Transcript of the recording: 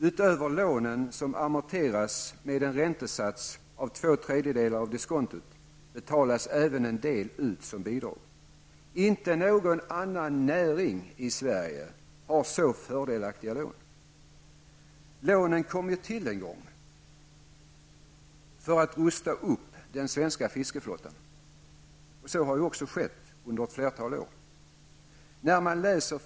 Utöver lånen som amorteras med en räntesats på två tredjedelar av diskontot betalas även en del ut som bidrag. Inte någon annan näring i Sverige har så fördelaktiga lån. Lånen kom till en gång för att rusta upp den svenska fiskeflottan. Så har också skett under ett flertal år.